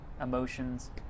emotions